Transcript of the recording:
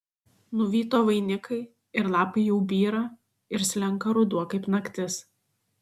nuvyto vainikai ir lapai jau byra ir slenka ruduo kaip naktis